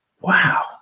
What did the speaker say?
wow